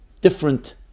different